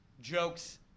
jokes